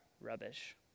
rubbish